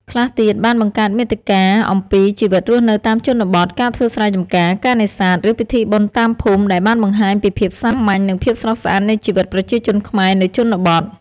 ខ្លះទៀតបានបង្កើតមាតិកាអំពីជីវិតរស់នៅតាមជនបទ ការធ្វើស្រែចំការ ការនេសាទ ឬពិធីបុណ្យតាមភូមិ ដែលបានបង្ហាញពីភាពសាមញ្ញ និងភាពស្រស់ស្អាតនៃជីវិតប្រជាជនខ្មែរនៅជនបទ។